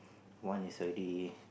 one is already